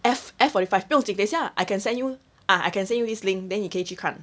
F~ F forty five 不用紧等一下 I can send you ah I can send you this link then 你可以去看